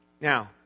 Now